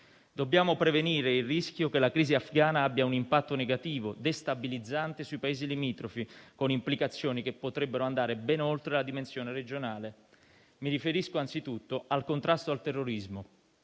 Dobbiamo prevenire il rischio che la crisi afghana abbia un impatto negativo destabilizzante sui Paesi limitrofi, con implicazioni che potrebbero andare ben oltre la dimensione regionale. Mi riferisco anzitutto al contrasto al terrorismo.